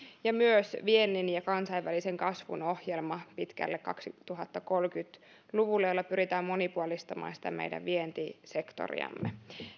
ja myös viennin ja kansainvälisen kasvun ohjelma pitkälle kaksituhattakolmekymmentä luvulle joilla pyritään monipuolistamaan meidän vientisektoriamme